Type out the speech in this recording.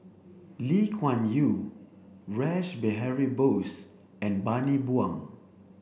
Lee Kuan Yew Rash Behari Bose and Bani Buang